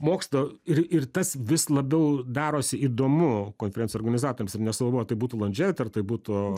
mokslo ir ir tas vis labiau darosi įdomu konferencijų organizatoriams ir nesvarbu ar tai būtų landže ar tai būtų